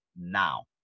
now